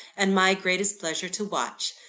and my greatest pleasure to watch.